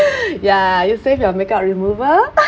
ya ya you save your makeup remover